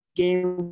game